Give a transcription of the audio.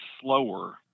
slower